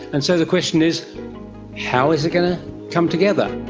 and so the question is how is it going to come together?